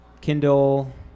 Kindle